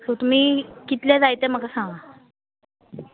so तुमी कितले जाय ते म्हाका सांग